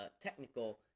technical